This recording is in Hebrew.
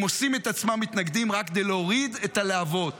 הם עושים את עצמם מתנגדים רק כדי להוריד את הלהבות